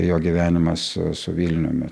jo gyvenimas su vilniumi